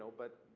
but